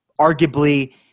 arguably